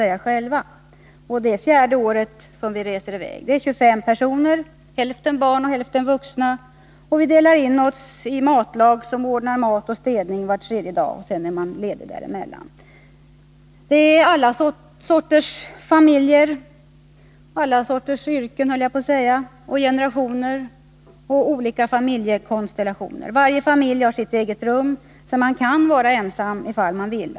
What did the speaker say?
I sommar blir det fjärde året som vi reser i väg. Vi är 25 personer, ungefär lika många vuxna som barn. Vi delar in oss i lag, där varje lag får sköta matlagning och städning var tredje dag. Däremellan är man ledig. Det är alla sorters familjer, alla sorters yrken, höll jag på att säga, olika generationer och skilda familjekonstellationer. Varje familj har sitt eget rum, vilket gör att man kan vara ensam om man vill.